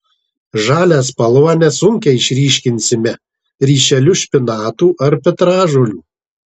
žalią spalvą nesunkiai išryškinsime ryšeliu špinatų ar petražolių